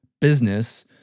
business